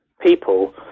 people